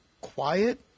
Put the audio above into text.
quiet